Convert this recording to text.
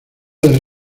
del